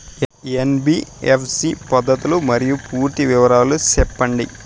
NBFC పద్ధతులు మరియు పూర్తి వివరాలు సెప్పండి?